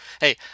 hey